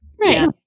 right